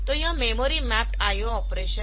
तो यह memory mapped IO operation है